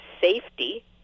safety